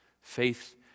Faith